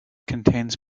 contains